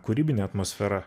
kūrybine atmosfera